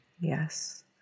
Yes